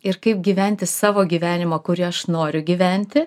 ir kaip gyventi savo gyvenimą kurį aš noriu gyventi